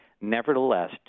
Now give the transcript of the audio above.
nevertheless